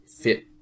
fit